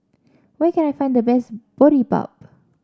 where can I find the best Boribap